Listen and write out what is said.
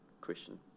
question